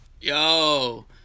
Yo